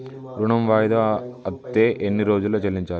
ఋణం వాయిదా అత్తే ఎన్ని రోజుల్లో చెల్లించాలి?